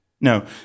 No